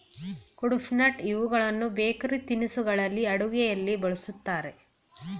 ಕುಡ್ಪನಟ್ ಇವುಗಳನ್ನು ಬೇಕರಿ ತಿನಿಸುಗಳಲ್ಲಿ, ಅಡುಗೆಯಲ್ಲಿ ಬಳ್ಸತ್ತರೆ